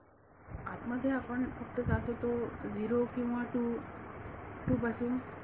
विद्यार्थी आत मध्ये आपण फक्त जात होतो 0 किंवा 2 2 पासून